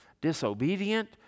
disobedient